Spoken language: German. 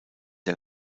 der